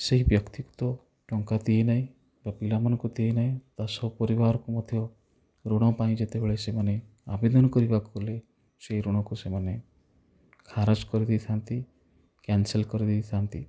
ସେହି ବ୍ୟକ୍ତି ତ ଟଙ୍କା ଦେଇ ନାହିଁ ବା ପିଲା ମାନଙ୍କୁ ଦେଇ ନାହିଁ ତା ସପରିବାରକୁ ମଧ୍ୟ ଋଣ ପାଇଁ ଯେତେବେଳେ ସେମାନେ ଆବେଦନ କରିବାକୁ ଗଲେ ସେହି ଋଣକୁ ସେମାନେ ଖାରାଜ କରି ଦେଇଥାନ୍ତି କ୍ୟାନ୍ସଲ୍ କରି ଦେଇଥାନ୍ତି